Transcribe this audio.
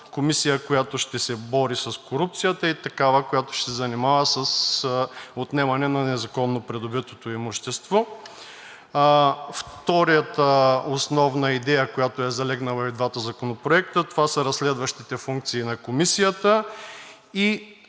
Комисия, която ще се бори с корупцията, и такава, която ще се занимава с отнемане на незаконно придобитото имуществото. Втората основна идея, която е залегнала и в двата законопроекта, това са разследващите функции на Комисията.